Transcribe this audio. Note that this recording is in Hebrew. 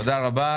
תודה רבה.